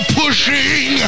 pushing